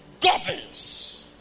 governs